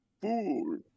Fool